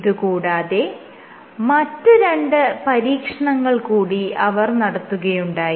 ഇത് കൂടാതെ മറ്റ് രണ്ട് പരീക്ഷണങ്ങൾ കൂടി അവർ നടത്തുകയുണ്ടായി